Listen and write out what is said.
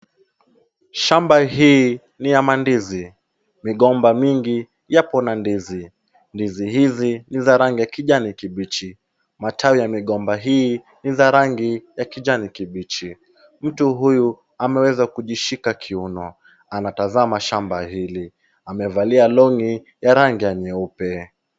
Shamba hii ni ya mandizi. Migomba mingi yapo na ndizi. Ndizi hizi ni za rangi ya kijani kibichi. Matawi ya migomba hii ni za rangi ya kijani kibichi. Mtu huyu ameweza kujishika kiuno. Anatazama shamba hili. Amevalia long'i ya rangi ya nyeupe.